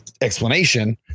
explanation